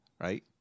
Right